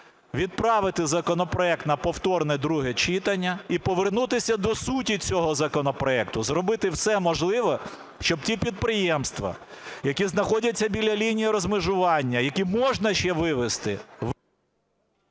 відправити законопроект на повторне друге читання і повернутися до суті цього законопроекту, зробити все можливе, щоб ті підприємства, які знаходяться біля лінії розмежування, які можна ще вивезти…